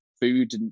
food